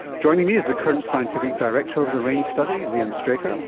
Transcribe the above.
joining me is the curtin scientific director of the raine study leon straker, um